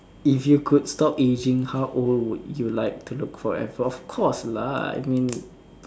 if you could stop aging how old would you like to look forever of course lah I mean